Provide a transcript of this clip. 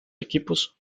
equipos